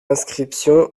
inscription